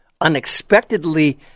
unexpectedly